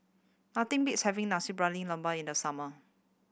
nothing beats having nasi in the summer